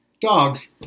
Dogs